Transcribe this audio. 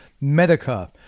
Medica